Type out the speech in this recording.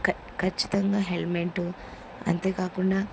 క ఖచ్చితంగా హెల్మెటు అంతేకాకుండా